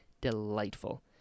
delightful